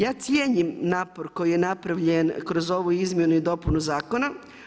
Ja cijenim napor koji je napravljen kroz ovu izmjenu i dopunu zakona.